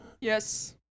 Yes